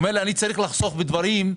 הוא אומר לי אני צריך לחסוך בדברים אחרים,